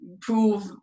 prove